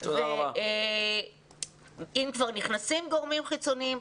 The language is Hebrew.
אם כבר נכנסים גורמים חיצוניים,